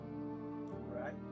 right